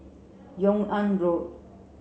Yung An Road